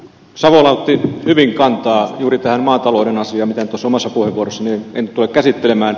savola otti hyvin kantaa juuri tähän maatalouden asiaan jota omassa puheenvuorossani en tule käsittelemään